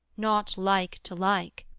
not like to like,